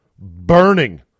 burning